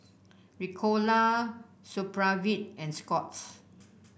Ricola Supravit and Scott's